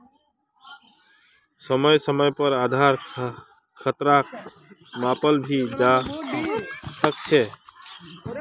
समय समय पर आधार खतराक मापाल भी जवा सक छे